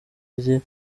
rye